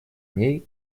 ней